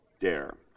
Dare